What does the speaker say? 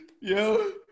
Yo